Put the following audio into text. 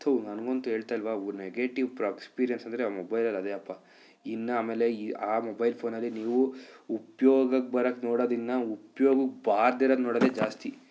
ಥೂ ನನಗಂತು ಹೇಳ್ತಾ ಇಲ್ವ ನೆಗೆಟಿವ್ ಪ್ರಕ ಎಕ್ಸ್ಪೀರಿಯೆನ್ಸ್ ಅಂದರೆ ಆ ಮೊಬೈಲಲ್ಲಿ ಅದೇ ಅಪ್ಪಾ ಇನ್ನು ಆಮೇಲೆ ಈ ಆ ಮೊಬೈಲ್ ಫೋನಲ್ಲಿ ನೀವು ಉಪಯೋಗಕ್ಕೆ ಬರೋಕ್ಕೆ ನೋಡೋದಿನ್ನು ಉಪಯೋಗಕ್ಕೆ ಬಾರ್ದಿರೋದು ನೋಡೋದೇ ಜಾಸ್ತಿ